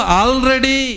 already